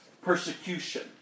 persecution